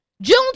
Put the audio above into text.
June